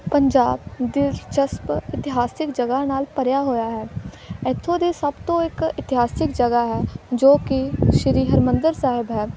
ਪੰਜਾਬ ਦਿਲਚਸਪ ਇਤਿਹਾਸਿਕ ਜਗ੍ਹਾ ਨਾਲ ਭਰਿਆ ਹੋਇਆ ਹੈ ਇੱਥੋਂ ਦੇ ਸਭ ਤੋਂ ਇੱਕ ਇਤਿਹਾਸਿਕ ਜਗ੍ਹਾ ਹੈ ਜੋ ਕਿ ਸ਼੍ਰੀ ਹਰਿਮੰਦਰ ਸਾਹਿਬ ਹੈ